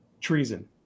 Treason